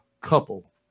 couple